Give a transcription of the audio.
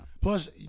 Plus